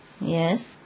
yes